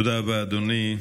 תודה רבה, אדוני.